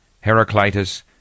Heraclitus